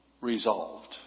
resolved